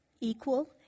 equal